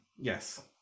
Yes